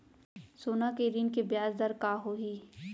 सोना के ऋण के ब्याज दर का होही?